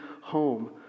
home